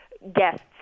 guests